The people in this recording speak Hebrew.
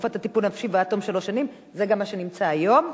בתקופת הטיפול הנפשי ועד תום שלוש שנים" זה גם מה שנמצא היום,